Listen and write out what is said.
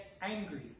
angry